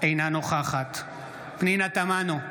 אינה נוכחת פנינה תמנו,